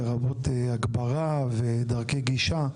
לרבות הגברה ודרכי גישה.